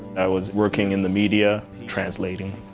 i was working in the media translating,